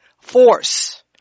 force